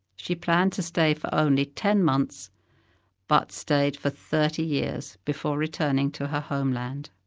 she planned to stay for only ten months but stayed for thirty years before returning to her homeland.